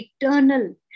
eternal